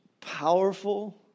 powerful